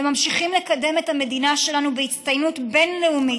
וממשיכים לקדם את המדינה שלנו בהצטיינות בין-לאומית.